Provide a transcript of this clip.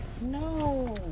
No